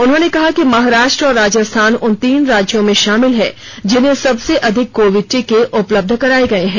उन्होंने कहा कि महाराष्ट्र और राजस्थान उन तीन राज्यों में शामिल हैं जिन्हें सबसे अधिक कोविड टीके उपलब्ध कराए गए हैं